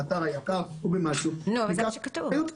באתר היק"ר --- זה מה שכתוב.